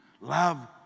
love